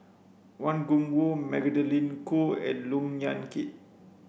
Wang Gungwu Magdalene Khoo and Loog Yan Kit